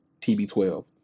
TB12